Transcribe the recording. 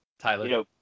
Tyler